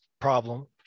problem